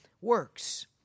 works